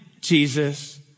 Jesus